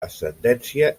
ascendència